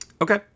Okay